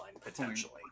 potentially